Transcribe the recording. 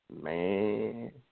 Man